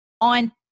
on